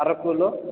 అరకులో